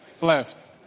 left